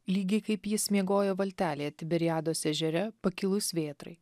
lygiai kaip jis miegojo valtelėje tiberiados ežere pakilus vėtrai